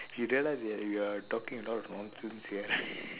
you realize that we are talking a lot of nonsense here right